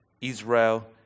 Israel